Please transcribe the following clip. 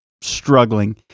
struggling